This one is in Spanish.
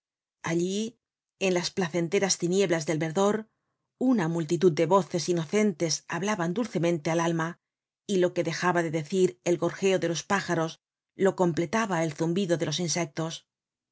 allí en las placenteras tinieblas del verdor una multitud de voces inocentes hablaban dulcemente al alma y lo que dejaba de decir el gorjeo de los pájaros lo completaba el zumbido de los insectos